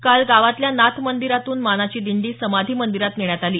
काल गावातल्या नाथ मंदिरातून मानाची दिंडी समाधी मंदिरात नेण्यात आली